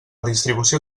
distribució